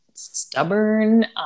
Stubborn